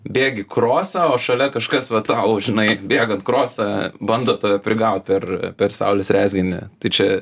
bėgi krosą o šalia kažkas va tau žinai bėgant krosą bando tave prigaut per per saulės rezginį tai čia